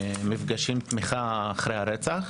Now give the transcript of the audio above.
מפגשי תמיכה אחרי הרצח.